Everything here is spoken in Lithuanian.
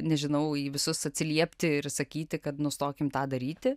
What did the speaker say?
nežinau į visus atsiliepti ir sakyti kad nustokim tą daryti